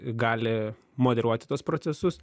gali moderuoti tuos procesus